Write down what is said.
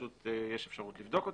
יש אפשרות לבדוק אותה.